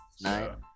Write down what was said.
Nine